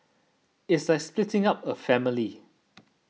it's like splitting up a family